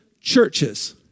churches